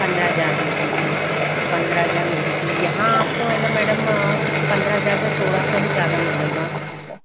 पन्द्रह हज़ार मिलती थी तो पन्द्रह हज़ार मिलती थी यहाँ आपको है न मैडम पन्द्रह हज़ार से थोड़ा सा ही ज़्यादा मिलेगा